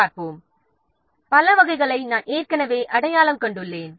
பல வகைகளை நாம் ஏற்கனவே அடையாளம் கண்டுள்ளோம்